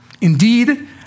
Indeed